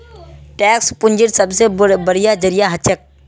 tax पूंजीर सबसे बढ़िया जरिया हछेक